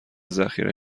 ذخیره